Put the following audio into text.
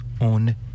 on